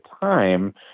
time